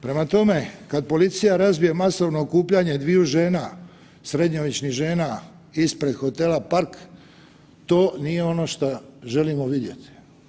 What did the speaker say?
Prema tome, kad policija razbije masovno okupljanje dviju žena, srednjovječnih žena ispred hotela Park, to nije ono šta želimo vidjeti.